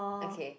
okay